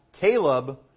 Caleb